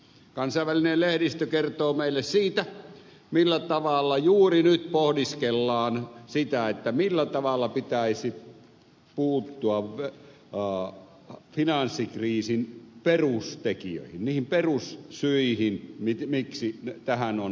kansainvälinen lehdistö kertoo meille siitä millä tavalla juuri nyt pohdiskellaan sitä millä tavalla pitäisi puuttua finanssikriisin perustekijöihin niihin perussyihin miksi tähän on ajauduttu